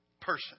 person